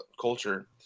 culture